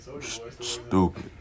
Stupid